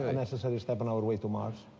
ah necessary step on our way to mars?